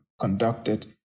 conducted